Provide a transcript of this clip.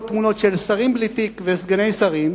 תמונות של שרים בלי תיק ושל סגני שרים,